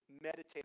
meditate